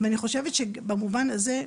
אני חושבת שבמובן הזה,